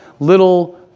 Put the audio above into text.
Little